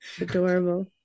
Adorable